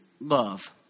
love